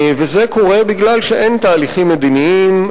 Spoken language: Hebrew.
וזה קורה בגלל שאין תהליכים מדיניים,